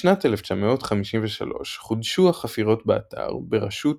בשנת 1953 חודשו החפירות באתר בראשות